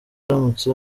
aramutse